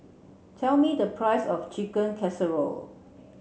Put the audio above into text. tell me the price of Chicken Casserole